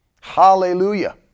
Hallelujah